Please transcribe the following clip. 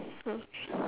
okay